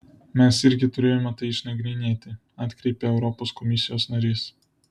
mes irgi turėjome tai išnagrinėti atkreipė europos komisijos narys